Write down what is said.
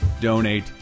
Donate